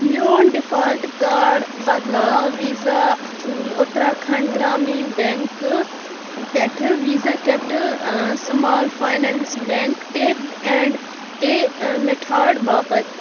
میون ڈیفالٹ کاڑ بدلاو ویٖزا اُتراکھنٛڈ گرٛامیٖن بیٚنٛکہٕ پٮ۪ٹھٕ Visa capital small finance bank tap and pay method باپتھ